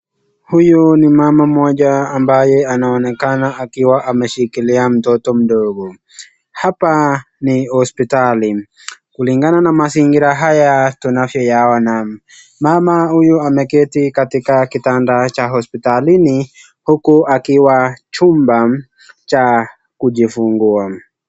Huyu ni mama mmoja ambaye anaonekana akiwa ameshikilia mtoto mdogo, hapa ni hosiptali, kulingana na mazingira haya tunavyoyaona, mama huyu ameketi katika kitanda cha hosiptalini huku akiwa chumba cha kujifungua.